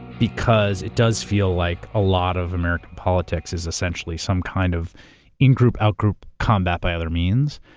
because it does feel like a lot of american politics is essentially some kind of in-group, out-group combat by other means.